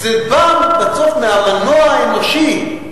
זה בא מהמנוע מהאנושי.